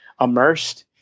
immersed